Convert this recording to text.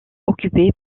occupée